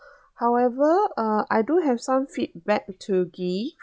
however uh I do have some feedback to give